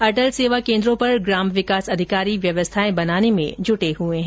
अटल सेवा केन्द्रो पर ग्राम विकास अधिकारी व्यवस्थाएं बनाने में जुटे हैं